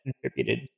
contributed